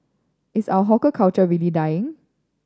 is our hawker culture really dying